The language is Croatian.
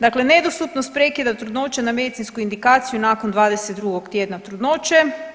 Dakle, nedostupnost prekida trudnoće na medicinsku indikaciju nakon 22 tjedna trudnoće.